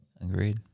Agreed